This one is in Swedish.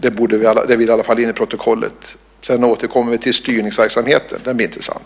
Det vill jag få fört till protokollet. Sedan återkommer vi till styrningsverksamheten. Det blir intressant.